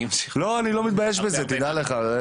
אני לא מתבייש בזה שתדע לך.